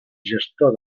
gestor